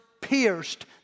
pierced